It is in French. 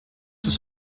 tout